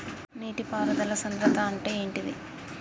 నీటి పారుదల సంద్రతా అంటే ఏంటిది?